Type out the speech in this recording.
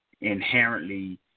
inherently